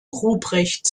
ruprecht